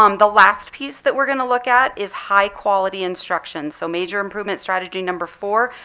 um the last piece that we're going to look at is high quality instruction. so major improvement strategy number four,